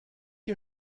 ihr